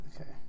okay